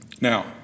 Now